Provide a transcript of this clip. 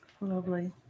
Lovely